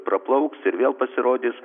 praplauks ir vėl pasirodys